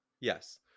yes